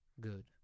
good